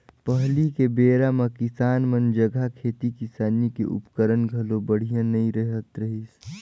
पहिली के बेरा म किसान मन जघा खेती किसानी के उपकरन घलो बड़िहा नइ रहत रहिसे